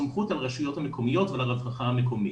הסמכות על הרשויות המקומיות ועל הרווחה המקומית.